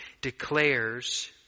declares